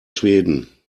schweden